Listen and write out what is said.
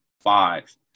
five